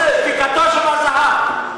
שתיקתו שווה זהב.